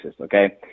okay